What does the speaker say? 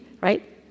right